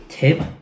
tip